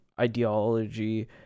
ideology